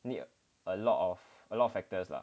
need a lot of a lot of factors lah